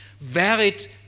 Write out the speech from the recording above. varied